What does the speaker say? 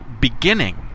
beginning